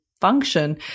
function